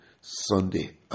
Sunday